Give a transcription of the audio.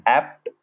apt